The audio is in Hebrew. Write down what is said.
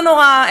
לא נורא,